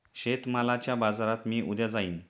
शेतमालाच्या बाजारात मी उद्या जाईन